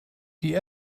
die